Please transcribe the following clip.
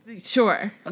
Sure